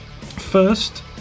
First